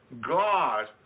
God